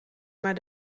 maar